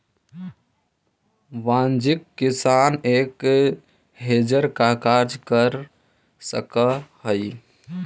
वाणिज्यिक किसान एक हेजर का कार्य कर सकअ हई